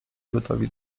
gotowi